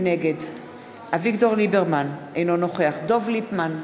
נגד אביגדור ליברמן, אינו נוכח דב ליפמן,